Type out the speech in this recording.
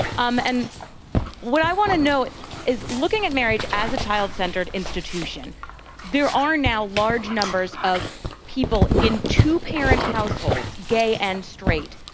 um and what i want to know is looking at marriage as a child centered institution there are now large numbers of people in two parent households, gay and straight,